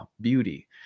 beauty